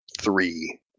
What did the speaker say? three